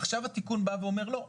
עכשיו התיקון בא ואומר: לא,